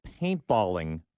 paintballing